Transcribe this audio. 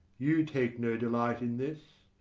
you take no delight in this.